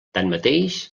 tanmateix